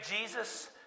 Jesus